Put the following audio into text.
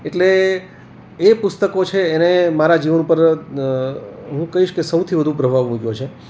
એટલે એ પુસ્તકો છે એને મારા જીવન પર હું કહીશ કે સૌથી વધુ પ્રભાવ મૂક્યો છે